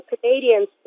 Canadians